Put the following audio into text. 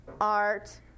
art